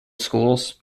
schools